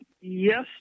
yes